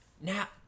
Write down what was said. now